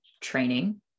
training